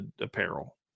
apparel